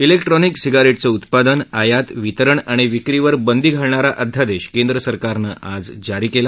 िक्ट्रॉनिक सिगारेटचं उत्पादन आयात वितरण आणि विक्रीवर बंदी घालणारा अध्यादेश केंद्र सरकारनं आज जारी केला